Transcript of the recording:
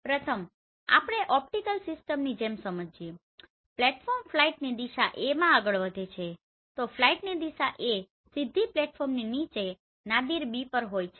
પ્રથમ આપણે ઓપ્ટિકલ સિસ્ટમની જેમ સમજીએ પ્લેટફોર્મ ફ્લાઇટની દિશા Aમાં આગળ વધે છે તો ફ્લાઇટની દિશા A સીધી પ્લેટફોર્મની નીચે નાદિર B પર હોય છે